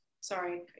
sorry